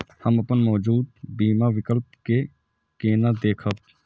हम अपन मौजूद बीमा विकल्प के केना देखब?